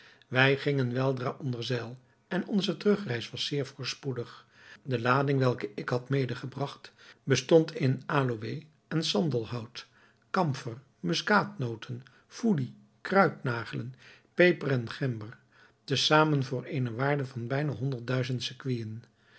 wij gingen weldra onder zeil en onze terugreis was zeer voorspoedig de lading welke ik had medegebragt bestond in aloë en sandelhout kamfer muskaatnoten foelie kruidnagelen peper en gember te zamen voor eene waarde van bijna honderdduizend